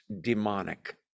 demonic